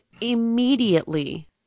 immediately